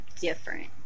different